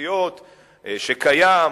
בתשתיות שקיים,